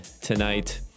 tonight